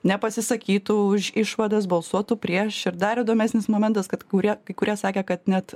nepasisakytų už išvadas balsuotų prieš ir dar įdomesnis momentas kad kurie kai kurie sakė kad net